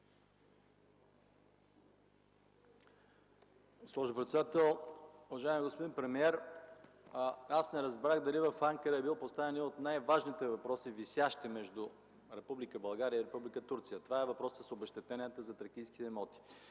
Госпожо председател! Уважаеми господин премиер, аз не разбрах дали в Анкара е бил поставен един от най-важните въпроси, висящи, между Република България и Република Турция. Това е въпросът с обезщетенията за тракийските имоти.